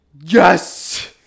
Yes